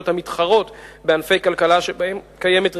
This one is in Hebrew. המתחרות בענפי כלכלה שבהם קיימת ריכוזיות,